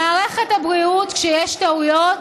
במערכת הבריאות, כשיש טעויות,